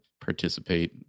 participate